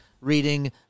reading